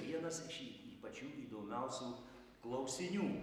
vienas iš i y pačių įdomiausių klausinių